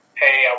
hey